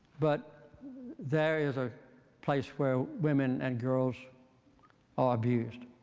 but there is a place where women and girls are abused.